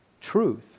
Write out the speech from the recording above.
truth